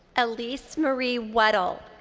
elise marie whettle.